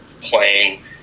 playing